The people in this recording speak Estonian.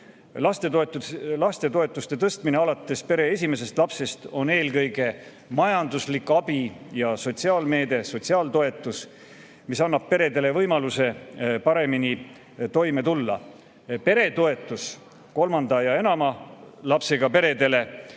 Lastetoetuste tõstmine alates pere esimesest lapsest on eelkõige majanduslik abi ja sotsiaalmeede, sotsiaaltoetus, mis annab peredele võimaluse paremini toime tulla. Peretoetus kolmanda ja enama lapsega peredele